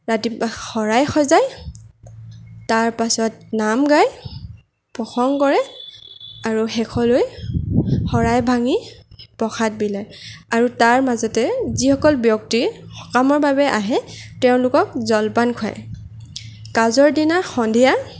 ৰাতিপুৱা শৰাই সজায় তাৰ পাছত নাম গায় প্ৰসংগ কৰে আৰু শেষলৈ শৰাই ভাঙি প্ৰসাদ বিলাই আৰু তাৰ মাজতে যিসকল ব্যক্তি সকামৰ বাবে আহে তেওঁলোকক জলপান খুৱায় কাজৰ দিনা সন্ধিয়া